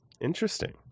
Interesting